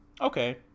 Okay